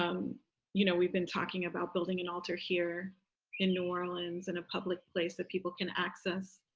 um you know, we've been talking about building an altar here in new orleans in a public place that people can access.